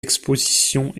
expositions